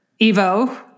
Evo